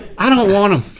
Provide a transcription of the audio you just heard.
i don't want em.